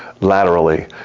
laterally